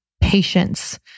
patience